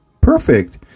Perfect